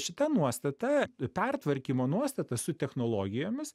šita nuostata pertvarkymo nuostata su technologijomis